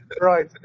Right